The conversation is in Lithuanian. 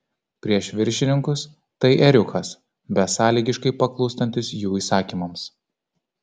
prieš viršininkus tai ėriukas besąlygiškai paklūstantis jų įsakymams